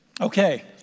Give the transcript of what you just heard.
Okay